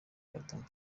agatanga